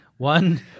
One